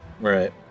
right